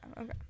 okay